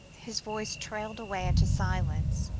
his voice trailed away into silence.